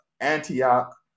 Antioch